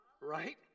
Right